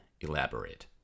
elaborate